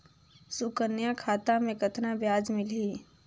सुकन्या खाता मे कतना ब्याज मिलही?